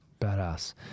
Badass